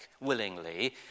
willingly